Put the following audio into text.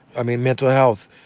i mean, mental health.